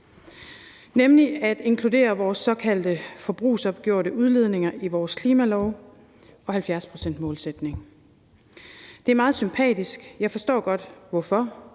nemlig at inkludere vores såkaldte forbrugsopgjorte udledninger i vores klimalov og 70-procentsmålsætning. Det er meget sympatisk. Jeg forstår godt hvorfor,